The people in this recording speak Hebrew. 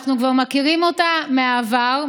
אנחנו כבר מכירים אותה מהעבר,